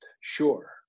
sure